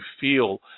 feel